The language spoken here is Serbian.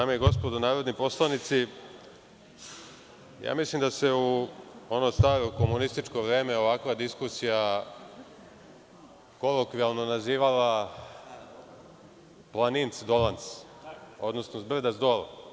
Dame i gospodo narodni poslanici, mislim da se u ono staro komunističko vreme ovakva diskusija kolokvijalno nazivala Planinc – Dolanc, odnosno - s brda, s dola.